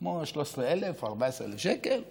13,000, 14,000 שקל בסדר.